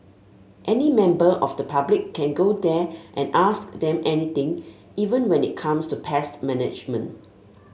any member of the public can go there and ask them anything even when it comes to pest management